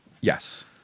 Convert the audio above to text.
Yes